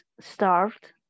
starved